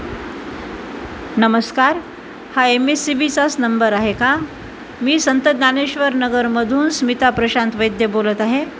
नमस्कार हा M S C बीचाच नंबर आहे का मी संत ज्ञानेश्वर नगरमधून स्मिता प्रशांत वैद्य बोलत आहे